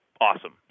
awesome